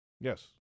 Yes